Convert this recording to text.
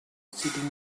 sitting